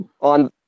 on